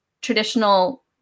traditional